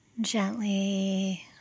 gently